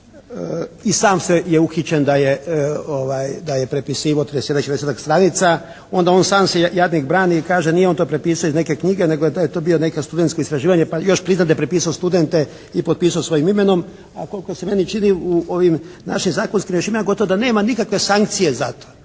i sam je uhićen da je prepisivao 30-ta, 40-tak stranica, onda on sam se jadnik brani i kaže nije on to prepisao iz neke knjige nego je to bilo neko studentsko istraživanje pa još prizna da je prepisao studente i potpisao svojim imenom, a koliko se meni čini u ovim našim zakonskim rješenjima gotovo da nema nikakve sankcije za to.